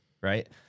right